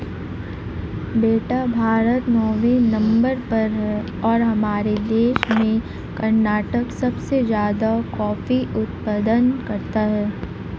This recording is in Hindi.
बेटा भारत नौवें नंबर पर है और हमारे देश में कर्नाटक सबसे ज्यादा कॉफी उत्पादन करता है